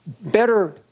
Better